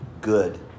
good